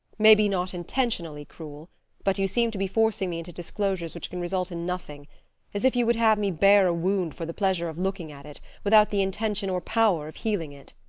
maybe not intentionally cruel but you seem to be forcing me into disclosures which can result in nothing as if you would have me bare a wound for the pleasure of looking at it, without the intention or power of healing it.